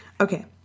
Okay